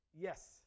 Yes